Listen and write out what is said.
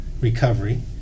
recovery